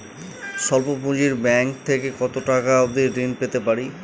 স্বল্প পুঁজির ব্যাংক থেকে কত টাকা অবধি ঋণ পেতে পারি?